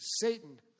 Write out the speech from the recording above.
Satan